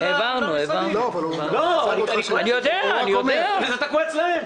למרות שזה תקוע אצל משרד האוצר.